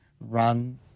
run